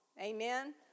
Amen